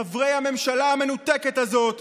חברי הממשלה המנותקת הזאת,